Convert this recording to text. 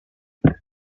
but